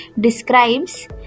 describes